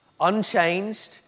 Unchanged